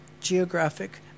geographic